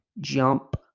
jump